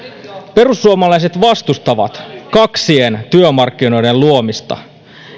perussuomalaiset vastustavat kaksien työmarkkinoiden luomista